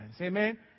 Amen